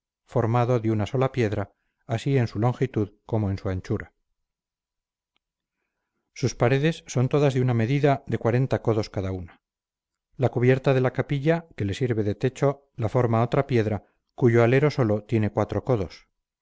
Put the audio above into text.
formado de una sola piedra así en su longitud como en su anchura sus paredes son todas de una medida y de cuarenta codos cada una la cubierta de la capilla que le sirve de techo la forma otra piedra cuyo alero sólo tiene cuatro codos